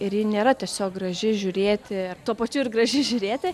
ir ji nėra tiesiog graži žiūrėti tuo pačiu ir graži žiūrėti